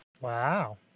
Wow